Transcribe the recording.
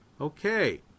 Okay